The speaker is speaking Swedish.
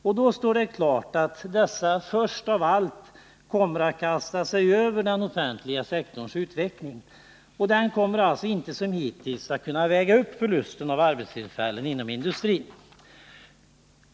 Och då står det klart att dessa först av allt kommer att kasta sig över den offentliga sektorns utveckling. Och den kommer alltså inte, som hittills, att kunna väga upp förlusten av arbetstillfällen inom industrin.